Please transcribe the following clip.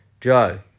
Joe